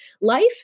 life